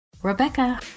Rebecca